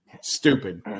Stupid